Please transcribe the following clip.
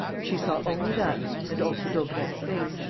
she saw only that and also daubrecq's face,